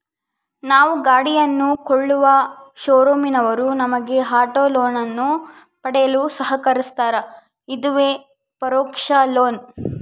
ನಾವು ಗಾಡಿಯನ್ನು ಕೊಳ್ಳುವ ಶೋರೂಮಿನವರು ನಮಗೆ ಆಟೋ ಲೋನನ್ನು ಪಡೆಯಲು ಸಹಕರಿಸ್ತಾರ, ಇದುವೇ ಪರೋಕ್ಷ ಲೋನ್